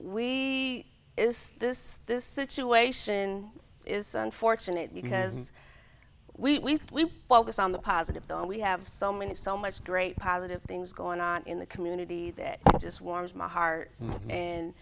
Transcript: we is this this situation is unfortunate because we focus on the positive that we have so many so much great positive things going on in the community that just warms my heart and